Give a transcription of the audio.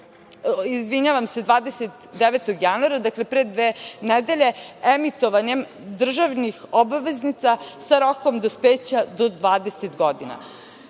ostvaren je 29. januara, dakle, pre dve nedelje, emitovanjem državnih obveznica sa rokom dospeća do 20 godina. Dakle,